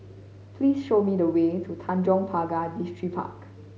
please show me the way to Tanjong Pagar Distripark